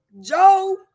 joe